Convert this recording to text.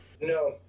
No